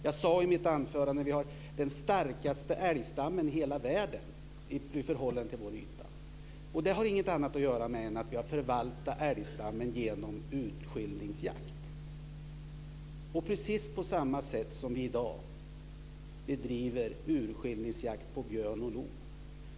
Jag sade i mitt anförande att vi har den starkaste älgstammen i hela världen i förhållande till vår yta. Det har att göra med att vi har förvaltat älgstammen genom urskiljningsjakt. Precis på samma sätt bedriver vi i dag urskiljningsjakt på björn och lo.